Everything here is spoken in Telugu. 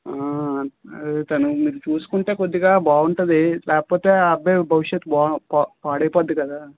తను మీరు చూసుకుంటే కొద్దిగా బాగుంటుంది లేకపోతే ఆ అబ్బాయి భవిష్యత్తు బా పా పాడైపోతుంది కదా